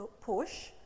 push